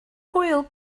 hwyl